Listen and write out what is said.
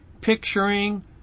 picturing